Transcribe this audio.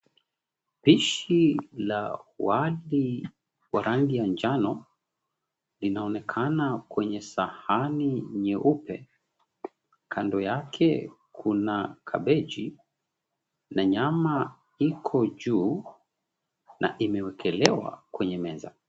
Pishi la wali wa rangi ya njano, linaonekana kwenye sahani nyeupe. Kando yake kuna kabeji na nyama iko juu, na imewekelewa kwenye meza.